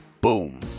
Boom